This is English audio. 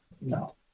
No